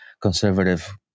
conservative